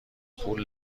پول